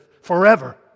Forever